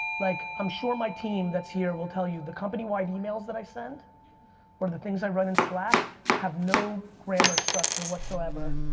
like i'm sure my team that's here will tell you, the company wide emails that i send or the things i read in slack have no grammar structure whatsoever.